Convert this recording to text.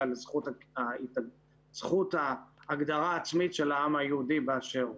על זכות ההגדרה העצמית של העם היהודי באשר הוא.